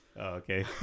Okay